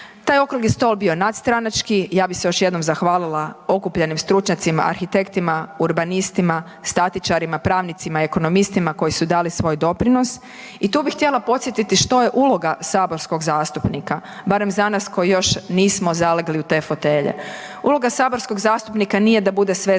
Taj okrugli stol je bio nadstranački i ja bih se još jednom zahvalila okupljenim stručnjacima, arhitektima, urbanistima, statičarima, pravnicima, ekonomistima koji su dali svoj doprinos i tu bih htjela podsjetiti što je uloga saborskog zastupnika, barem za nas koji još nismo zalegli u te fotelje. Uloga saborskog zastupnika nije da bude sveznajući